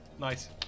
nice